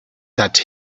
that